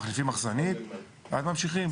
מחליפים מחסנית ואז ממשיכים.